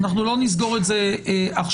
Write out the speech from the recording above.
לא נסגור את זה עכשיו.